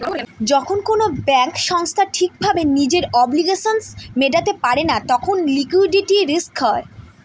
যখন কোনো ব্যাঙ্ক সংস্থা ঠিক ভাবে নিজের অব্লিগেশনস মেটাতে পারে না তখন লিকুইডিটি রিস্ক হয়